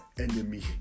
enemy